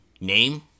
name